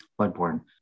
bloodborne